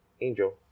Angel